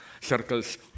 circles